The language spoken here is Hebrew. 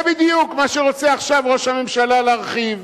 זה בדיוק מה שרוצה עכשיו ראש הממשלה להרחיב,